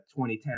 2010